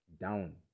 down